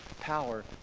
Power